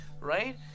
right